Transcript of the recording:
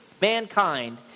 mankind